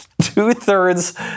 Two-thirds